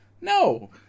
No